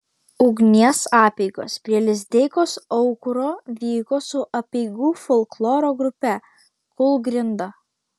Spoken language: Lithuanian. ugnies apeigos prie lizdeikos aukuro vyko su apeigų folkloro grupe kūlgrinda